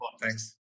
Thanks